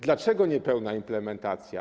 Dlaczego niepełna implementacja?